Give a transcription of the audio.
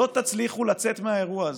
לא תצליחו לצאת מהאירוע הזה.